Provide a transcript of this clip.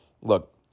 look